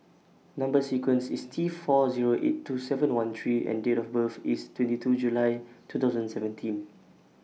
Number sequence IS T four Zero eight two seven one three E and Date of birth IS twenty two July two thousand and seventeen